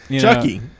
Chucky